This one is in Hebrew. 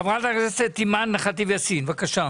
חברת הכנסת אימאן ח'טיב יאסין, בבקשה.